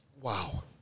Wow